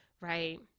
right